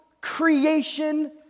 creation